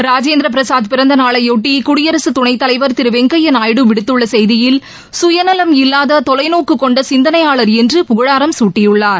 ராஜேந்திரபிரசாத் பிறந்த நாளையொட்டி குடியரசுத் துணைத்தலைவர் திரு வெங்கையா நாயுடு விடுத்துள்ள செய்தியில் சுயநலம் இல்லாத தொலைநோக்கு கொண்ட சிந்தனையாளர் என்று புகழாரம் சூட்டியுள்ளார்